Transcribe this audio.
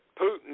Putin